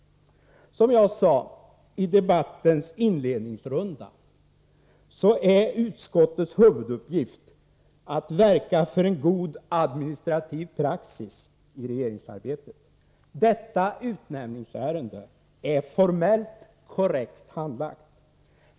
Som jag sade i debattens inledningsrunda är utskottets huvuduppgift att verka för en god administrativ praxis i regeringsarbetet. Detta utnämningsärende är formellt korrekt handlagt.